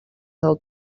del